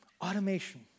automation